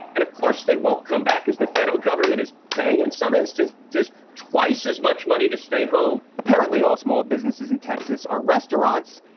and, of course, they won't come back as the federal government is paying, in some instance, just twice as much money to stay home apparently, all small businesses in texas are restaurants.